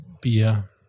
beer